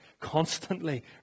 constantly